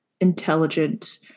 intelligent